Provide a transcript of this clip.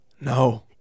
No